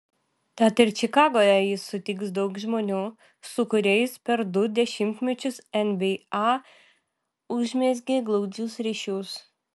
tad ir čikagoje jis sutiks daug žmonių su kuriais per du dešimtmečius nba užmezgė glaudžius ryšius